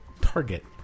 target